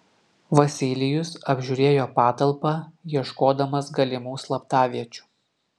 vasilijus apžiūrėjo patalpą ieškodamas galimų slaptaviečių